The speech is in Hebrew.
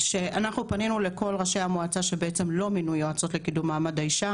שאנחנו פנינו לכל ראשי המועצה שבעצם לא מינו יועצות לקידום מעמד האישה,